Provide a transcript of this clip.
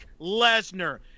Lesnar